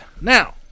Now